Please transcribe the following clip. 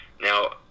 now